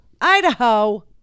Idaho